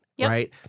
right